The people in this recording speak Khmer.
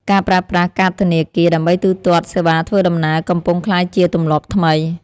ការប្រើប្រាស់កាតធនាគារដើម្បីទូទាត់សេវាធ្វើដំណើរ កំពុងក្លាយជាទម្លាប់ថ្មី។